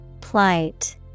Plight